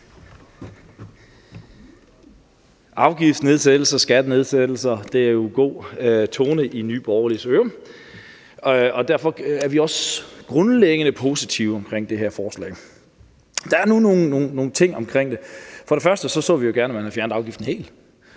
Afgiftsnedsættelser og skattenedsættelser er jo en god tone i Nye Borgerliges ører, og derfor er vi også grundlæggende positive over for det her forslag. Der er nu nogle ting omkring det. For det første så vi jo gerne, at man havde fjernet afgiften helt.